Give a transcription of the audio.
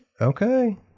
Okay